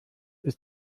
ist